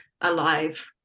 alive